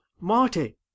marty